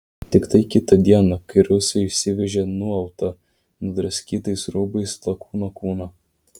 tiktai kitą dieną kai rusai išsivežė nuautą nudraskytais rūbais lakūno kūną